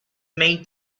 made